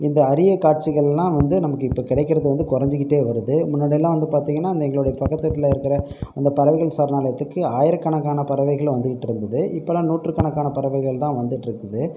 இந்த அரிய காட்சிகளெலாம் வந்து நமக்கு இப்போ கிடைக்கிறது வந்து குறஞ்சிக்கிட்டே வருது முன்னாடியெலாம் வந்து பார்த்திங்கனா இந்த எங்களோடய பக்கத்துக்கு வீட்டில் இருக்கிற அந்த பறவைகள் சரணாலயத்துக்கு ஆயிரக்கணக்கான பறவைகள் வந்துக்கிட்டு இருந்தது இப்போலாம் நூற்றுக்கணக்கான பறவைகள் தான் வந்துட்டு இருக்குது